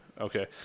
Okay